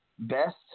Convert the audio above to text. Best